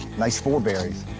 nice, full berries.